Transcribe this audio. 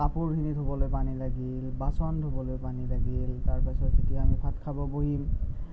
কাপোৰখিনি ধুবলৈ পানী লাগিল বাচন ধুবলৈ পানী লাগিল তাৰপাছত যেতিয়া আমি ভাত খাব বহিম